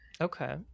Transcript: Okay